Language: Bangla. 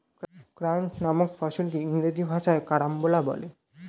ক্রাঞ্চ নামক ফলকে ইংরেজি ভাষায় কারাম্বলা বলে